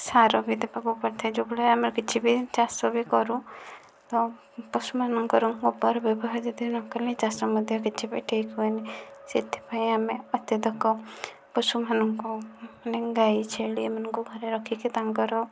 ସାର ବି ଦେବାକୁ ପଡ଼ିଥାଏ ଯେଉଁଭଳିଆ ଆମେ କିଛି ବି ଚାଷ ବି କରୁ ତ ପଶୁମାନଙ୍କର ଗୋବର ବ୍ୟବହାର ଯଦି ନକଲେ ଚାଷ ମଧ୍ୟ କିଛି ବି ଠିକ ହୁଏନି ସେଥିପାଇଁ ଆମେ ଅତ୍ୟଧିକ ପଶୁମାନଙ୍କୁ ମାନେ ଗାଈ ଛେଳି ଏମାନଙ୍କୁ ଘରେ ରଖିକି ତାଙ୍କର